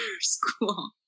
school